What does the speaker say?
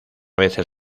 veces